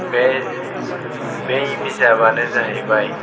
बे बै बिजाबानो जाहैबाय